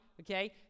okay